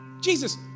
Jesus